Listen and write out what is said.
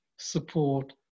support